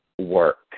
work